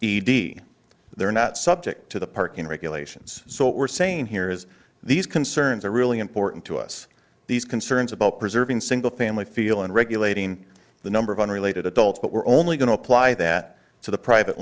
d they're not subject to the parking regulations so what we're saying here is these concerns are really important to us these concerns about preserving single family feel in regulating the number of unrelated adults but we're only going to apply that to the private